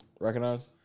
recognize